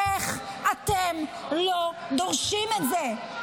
איך אתם לא דורשים את זה?